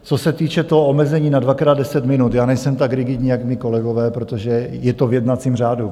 Co se týče toho omezení na dvakrát deset minut, já nejsem tak rigidní, jak mí kolegové, protože je to v jednacím řádu.